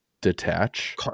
detach